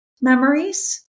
memories